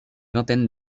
vingtaine